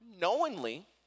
knowingly